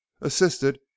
assisted